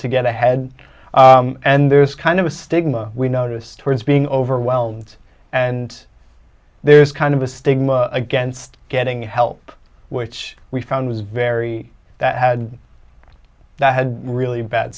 to get ahead and there's kind of a stigma we noticed towards being overwhelmed and there's kind of a stigma against getting help which we found was very that had that had really bad